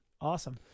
Awesome